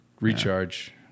recharge